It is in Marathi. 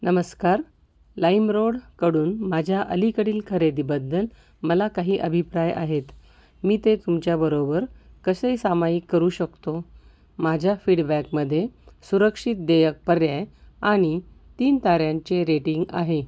नमस्कार लाईमरोडकडून माझ्या अलीकडील खरेदीबद्दल मला काही अभिप्राय आहेत मी ते तुमच्याबरोबर कसे सामायिक करू शकतो माझ्या फीडबॅकमध्ये सुरक्षित देयक पर्याय आणि तीन ताऱ्यांचे रेटिंग आहे